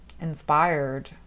inspired